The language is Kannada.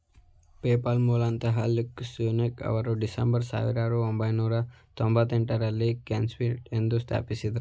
ಪೇಪಾಲ್ ಮೂಲತಃ ಲ್ಯೂಕ್ ನೂಸೆಕ್ ಅವರು ಡಿಸೆಂಬರ್ ಸಾವಿರದ ಒಂಬೈನೂರ ತೊಂಭತ್ತೆಂಟು ರಲ್ಲಿ ಕಾನ್ಫಿನಿಟಿ ಎಂದು ಸ್ಥಾಪಿಸಿದ್ದ್ರು